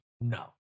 No